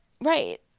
right